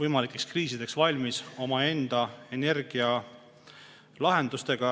võimalikeks kriisideks valmis omaenda energialahendustega.